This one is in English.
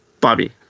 Bobby